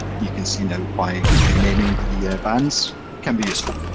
you can see now why renaming the yeah bands can be useful.